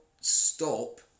stop